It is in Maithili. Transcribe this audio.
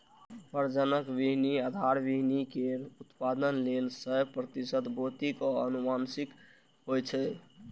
प्रजनक बीहनि आधार बीहनि केर उत्पादन लेल सय प्रतिशत भौतिक आ आनुवंशिक होइ छै